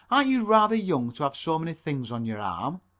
arn't you rather young to have so many things on your arm?